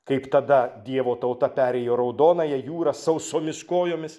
kaip tada dievo tauta perėjo raudonąją jūrą sausomis kojomis